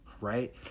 right